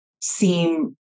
seem